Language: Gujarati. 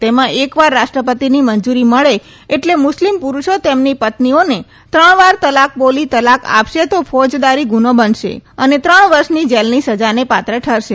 તેમાં એકવાર રાષ્ટ્રપતિની મંજૂરી મળે એટલે મુસ્લિમ પુરૂષો તેમની પત્નીઓને ત્રણવાર તલાક બોલી તલાક આપશે તો ફોજદારી ગુનો બનશે અને ત્રણ વર્ષની જેલની સજાને પાત્ર ઠરશે